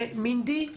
מינדי,